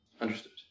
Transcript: Understood